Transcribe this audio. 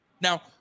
Now